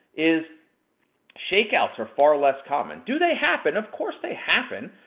is shakeouts are far less common. do they happen? of course they happen.